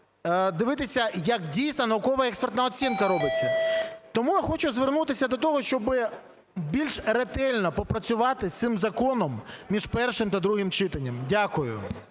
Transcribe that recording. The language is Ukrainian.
дивитися, як дійсно науково-експертна оцінка робиться. Тому я хочу звернутися до того, щоби більш ретельно попрацювати з цим законом між першим та другим читанням. Дякую.